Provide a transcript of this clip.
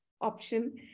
option